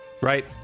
right